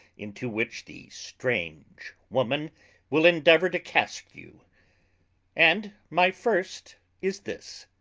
into which the strange woman will endeavour to cast you and my first is this.